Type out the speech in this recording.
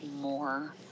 more